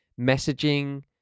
messaging